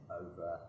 over